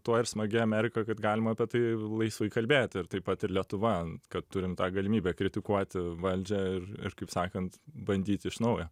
tuo ir smagi amerika kad galima apie tai laisvai kalbėti ir taip pat ir lietuva kad turim tą galimybę kritikuoti valdžią ir ir kaip sakant bandyt iš naujo